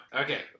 okay